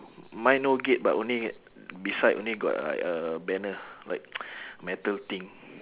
mine no gate but only at beside only got like a banner like metal thing